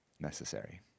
Necessary